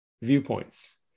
viewpoints